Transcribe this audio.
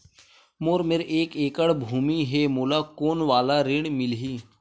मोर मेर एक एकड़ भुमि हे मोला कोन वाला ऋण मिलही?